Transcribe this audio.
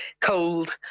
cold